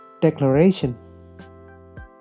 declaration